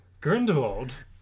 Grindelwald